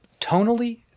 tonally